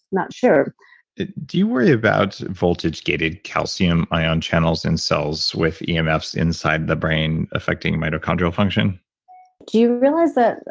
not sure do you worry about voltage gated calcium ion channels in cells with yeah emfs inside the brain affecting mitochondrial function? do you realize that,